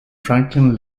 franklin